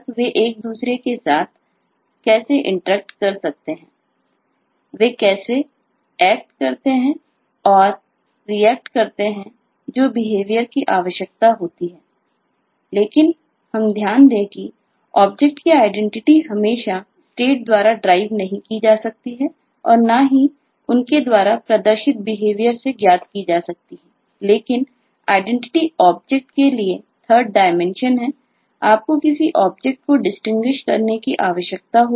वे कैसे कार्यएक्ट है आपको किसी ऑब्जेक्ट को डिस्टिंग्विश करने की आवश्यकता होगी